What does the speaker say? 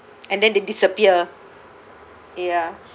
and then they disappear ya